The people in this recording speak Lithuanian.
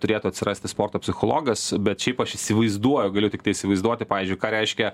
turėtų atsirasti sporto psichologas bet šiaip aš įsivaizduoju galiu tiktai įsivaizduoti pavyzdžiui ką reiškia